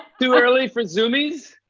too early for zoomies.